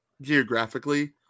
geographically